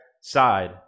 side